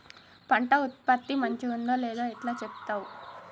పంట ఉత్పత్తి మంచిగుందో లేదో ఎట్లా చెప్తవ్?